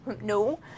no